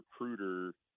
recruiter